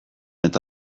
eta